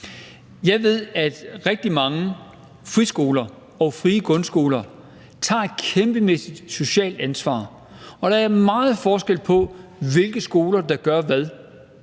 Jeg ved, at rigtig mange friskoler og frie grundskoler tager et kæmpemæssigt socialt ansvar. Og der er meget forskel på, hvilke skoler der gør hvad.